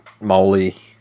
moly